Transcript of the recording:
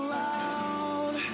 loud